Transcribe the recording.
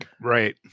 right